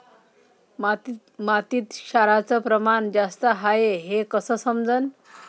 मातीत क्षाराचं प्रमान जास्त हाये हे कस समजन?